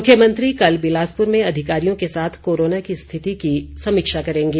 मुख्यमंत्री कल बिलासपुर में अधिकारियों के साथ कोरोना की स्थिति की समीक्षा करेंगे